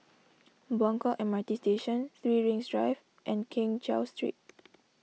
Buangkok M R T Station three Rings Drive and Keng Cheow Street